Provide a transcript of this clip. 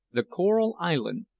the coral island,